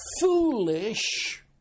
foolish